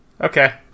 Okay